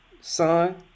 son